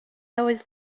always